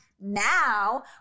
now